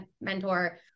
mentor